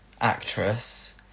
actress